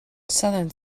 southern